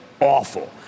awful